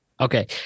Okay